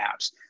apps